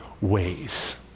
ways